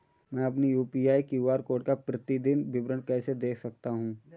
मैं अपनी UPI QR code का प्रतीदीन विवरण कैसे देख सकता हूँ?